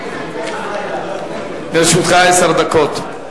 לרשותך עשר דקות.